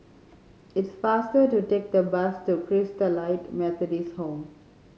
it's faster to take the bus to Christalite Methodist Home